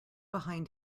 behind